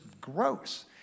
gross